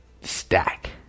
stack